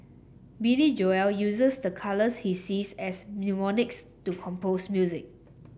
Billy Joel uses the colours he sees as mnemonics to compose music